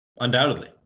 Undoubtedly